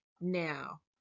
now